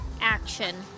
action